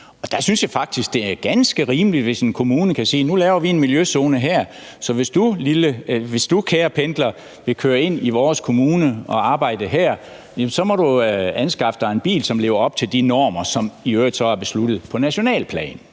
ganske rimeligt, hvis en kommune kan sige, at nu laver vi en miljøzone her, så hvis du, kære pendler, vil køre ind i vores kommune og arbejde her, så må du anskaffe dig en bil, som lever op til de normer, som så i øvrigt er besluttet på nationalt plan.